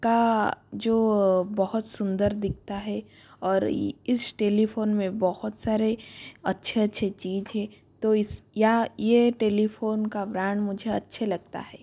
का जो बहुत सुंदर दिखता है और इस टेलीफोन में बहुत सारे अच्छे अच्छे चीज हैं तो इस या ये टेलीफोन का ब्रांड मुझे अच्छे लगता है